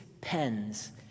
pens